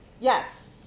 Yes